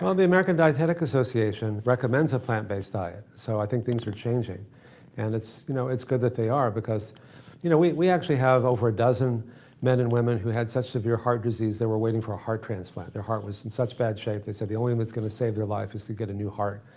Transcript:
um the american dietetic association recommends a plant based diet. so i think things are changing and it's you know it's good that they are because you know we we actually have over a dozen men and women who had such severe heart disease they were waiting for a heart transplant. their heart was in such bad shape. they said the only thing that's gonna save your life is to get a new heart.